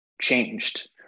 changed